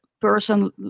person